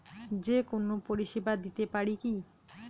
যে কোনো পরিষেবা দিতে পারি কি?